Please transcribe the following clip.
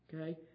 okay